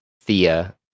Thea